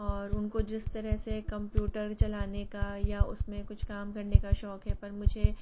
और उनको जिस तरह से कंप्यूटर चलाने का या उस में कुछ काम करने का शौक़ है पर मुझे